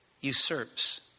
usurps